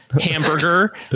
hamburger